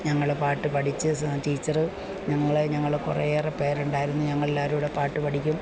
ഞങ്ങൾ പാട്ടു പഠിച്ചു ടീച്ചര് ഞങ്ങളെ ഞങ്ങൾ കുറേയേറെ പേരുണ്ടായിരുന്നു ഞങ്ങൾ എല്ലാവരും കൂടെ പാട്ട് പഠിക്കും